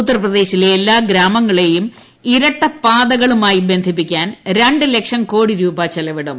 ഉത്തർപ്രദേശിലെ എല്ലാ ഗ്രാമങ്ങളെയും ഇരട്ടപ്പാതകളുമായി ബന്ധിപ്പിക്കാൻ ര ് ലക്ഷം കോടി രൂപ ചെലവിടും